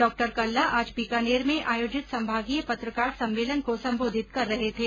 डा कल्ला आज बीकानेर में आयोजित संभागीय पत्रकार सम्मेलन को संबोधित कर रहे थे